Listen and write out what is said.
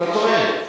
אתה טועה.